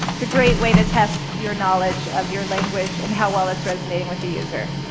it's a great way to test your knowledge of your language and how well it's resonating with the user.